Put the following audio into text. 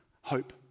hope